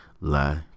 lie